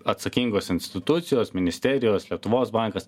atsakingos institucijos ministerijos lietuvos bankas